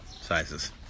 Sizes